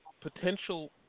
potential